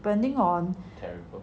depending on